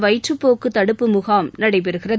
வயிற்றப் போக்கு தடுப்பு முகாம் நடைபெறுகிறது